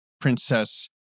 princess